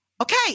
Okay